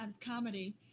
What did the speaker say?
comedy